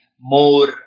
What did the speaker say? more